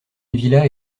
villa